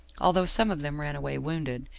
although some of them ran away wounded,